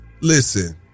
Listen